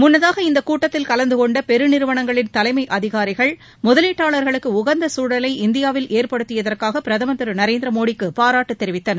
முன்னதாக இந்தக்கூட்டத்தில் கலந்தகொண்ட பெருநிறுவனங்களின் தலைமை அதிகாரிகள் முதலீட்டாளா்களுக்கு உகந்த சூழலை இந்தியாவில் ஏற்படுத்தியதற்காக பிரதமா் திரு நரேந்திர மோடிக்கு பாராட்டுத் தெிவித்தனர்